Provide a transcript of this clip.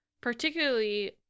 particularly